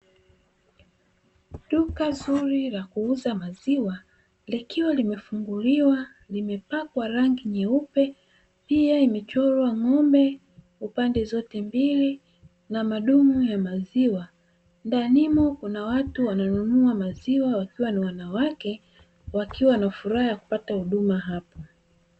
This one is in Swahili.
Duka zuri la kuuza maziwa likiwa limefunguliwa limepakwa rangi nyeupe pia imechorwa ng'ombe pande zote mbili na madumu ya maziwa ndani umo kuna watu wananunua maziwa wakiwa ni wanawake wakiwa na furaha kupata huduma apo.